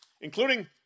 including